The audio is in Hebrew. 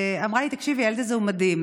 ואמרה לי: תקשיבי, הילד הזה הוא מדהים.